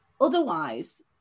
otherwise